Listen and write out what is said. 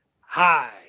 Hi